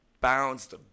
bounced